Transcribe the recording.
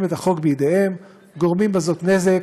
את החוק בידיהם וגורמים בזאת נזק,